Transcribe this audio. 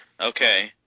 Okay